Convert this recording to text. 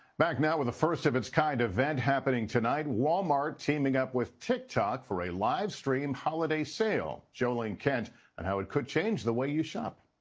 back now with a first of its kind event happening tonight. walmart teaming up with tiktok for a live stream holiday sale. jo ling kent on how it could change the way you shop.